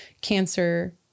cancer